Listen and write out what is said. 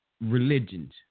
religions